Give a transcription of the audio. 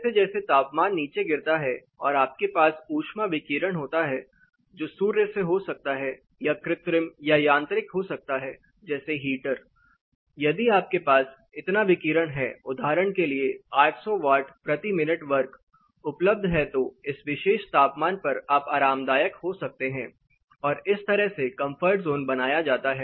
जैसे जैसे तापमान नीचे गिरता है और आपके पास ऊष्मा विकिरण होता हैं जो सूर्य से हो सकता है या कृत्रिम या यांत्रिक हो सकता है जैसे हीटर यदि आपके पास इतना विकिरण है उदाहरण के लिए 800 वाट प्रति मिनट वर्ग उपलब्ध है तो इस विशेष तापमान पर आप आरामदायक हो सकते हैं और इस तरह से कंफर्ट जोन बनाया जाता है